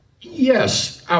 Yes